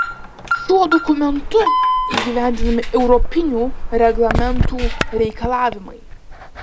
šiuo dokumentu įgyvendinami europinių reglamentų reikalavimai